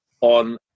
on